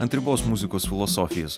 ant ribos muzikos filosofijos